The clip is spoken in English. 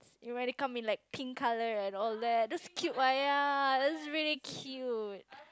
and when it come in like pink colour and all that just cute one ya that's really cute